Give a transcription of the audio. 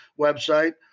website